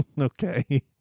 Okay